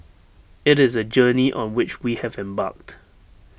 IT is A journey on which we have embarked